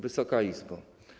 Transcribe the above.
Wysoka Izbo!